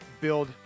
build